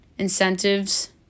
Incentives